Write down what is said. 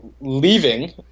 leaving